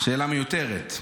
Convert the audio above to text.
שאלה מיותרת.